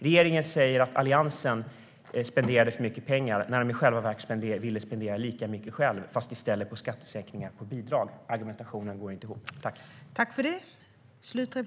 Regeringen säger att Alliansen spenderade för mycket pengar när man i själva verket ville spendera lika mycket själv men på skattesänkningar som skulle gå till bidrag. Argumentationen går inte ihop.